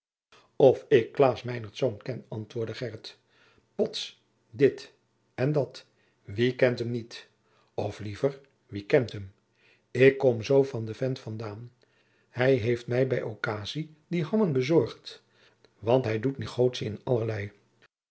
of ik klaas meinertz ken antwoordde gheryt pots dit en dat wie kent hum niet of liever wie kent hum ik kom zoo van den vent vandaen hum heit mij bij occasie die hammen bezorgd want hum doet negotie in allerlei